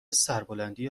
سربلندی